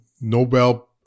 Nobel